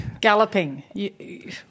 Galloping